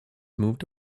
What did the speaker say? moved